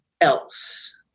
else